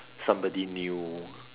somebody new